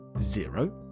zero